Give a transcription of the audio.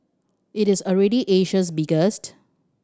it is already Asia's biggest